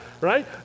right